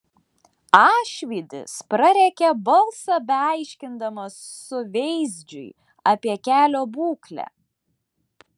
ašvydis prarėkė balsą beaiškindamas suveizdžiui apie kelio būklę